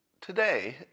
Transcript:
today